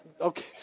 okay